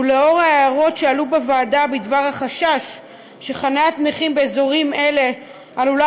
ולאור ההערות שעלו בוועדה בדבר החשש שחניית נכים באזורים האלה עלולה